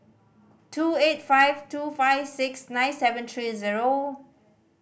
two eight five two five six nine seven three zero